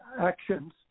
actions